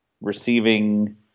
receiving